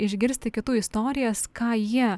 išgirsti kitų istorijas ką jie